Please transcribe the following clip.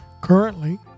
currently